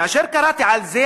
כאשר קראתי על זה,